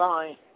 Bye